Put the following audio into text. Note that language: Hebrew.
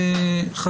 בוקר טוב,